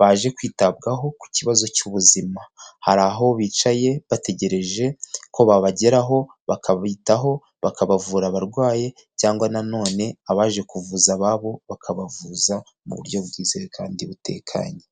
baje kwitabwaho ku kibazo cy'ubuzima, hari aho bicaye bategereje ko babageraho, bakabitaho bakabavura abarwayi, cyangwa nanone abaje kuvuza ababo bakabavuza mu buryo bwizewe kandi butekanye.